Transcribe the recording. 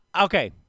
okay